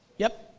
yep,